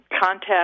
contact